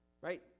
Right